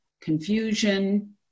confusion